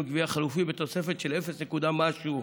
גבייה חלופי בתוספת של אפס נקודה משהו.